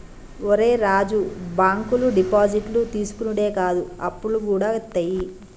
ఒరే రాజూ, బాంకులు డిపాజిట్లు తీసుకునుడే కాదు, అప్పులుగూడ ఇత్తయి